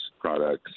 products